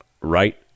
right